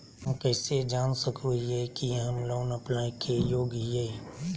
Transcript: हम कइसे जान सको हियै कि हम लोन अप्लाई के योग्य हियै?